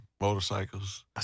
motorcycles